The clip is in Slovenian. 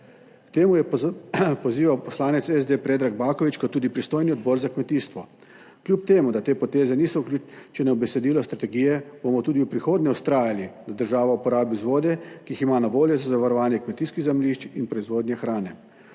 K temu je pozival poslanec SD Predrag Baković kot tudi pristojni Odbor za kmetijstvo. Kljub temu, da te poteze niso vključene v besedilo strategije, bomo tudi v prihodnje vztrajali, da država uporabi vzvode, ki jih ima na voljo za zavarovanje kmetijskih zemljišč in proizvodnje hrane.